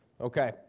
Okay